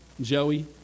Joey